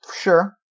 Sure